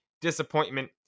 disappointment